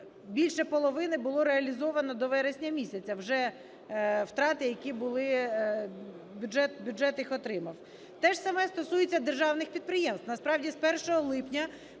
більше половини було реалізовано до вересня місяця, вже втрати, які були, бюджет їх отримав. Те ж саме стосується державних підприємств. Насправді з 1 липня